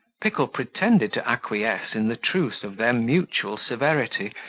pickle pretended to acquiesce in the truth of their mutual severity,